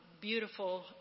beautiful